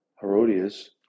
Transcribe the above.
Herodias